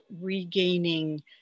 regaining